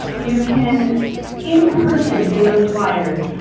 you can in person give them fliers,